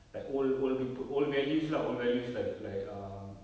like old old people old values lah old values like like um